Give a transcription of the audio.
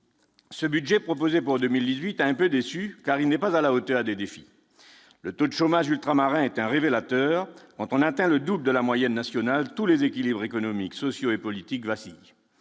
Ce budget proposé pour 2018 a un peu déçu car il n'est pas à la hauteur des défis, le taux de chômage ultramarins est un révélateur, on atteint le doute de la moyenne nationale, tous les équilibres économiques, sociaux et politiques, le